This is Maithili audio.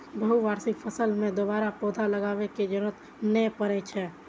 बहुवार्षिक फसल मे दोबारा पौधा लगाबै के जरूरत नै पड़ै छै